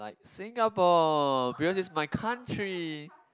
like Singapore because this is my country